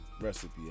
recipe